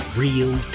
real